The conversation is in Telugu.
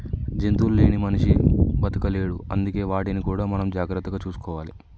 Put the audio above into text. జంతువులు లేని మనిషి బతకలేడు అందుకే వాటిని కూడా మనం జాగ్రత్తగా చూసుకోవాలి